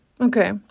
Okay